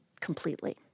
completely